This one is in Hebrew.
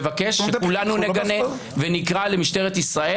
אני מבקש שכולנו נגנה, ונקרא למשטרת ישראל